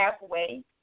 halfway